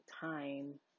time